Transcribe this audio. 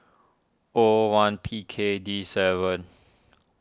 O one P K D seven